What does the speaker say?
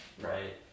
right